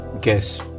guess